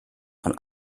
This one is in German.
von